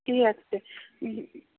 cake تہِ